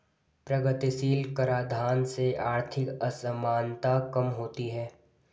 प्रगतिशील कराधान से आर्थिक असमानता कम होती है